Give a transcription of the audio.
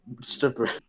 stripper